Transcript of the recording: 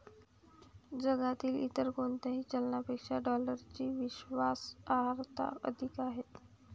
जगातील इतर कोणत्याही चलनापेक्षा डॉलरची विश्वास अर्हता अधिक आहे